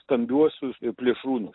stambiuosius plėšrūnus